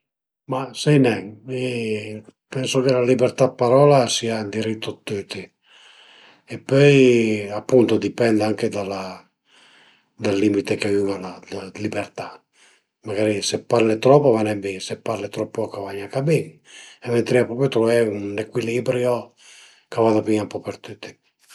Ma sai nen, mi pensu che la libertà d'parola a sia ün diritto dë tüti e pöi a appunto dipend anche da la dal limite che ün al a dë libertà, magari se parle trop a va nen bin, se parle trop poch a va gnanca bin e ventarìa propi truvé ün ecuilibrio ch'a vada bin ën po për tüti